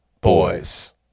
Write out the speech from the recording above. boys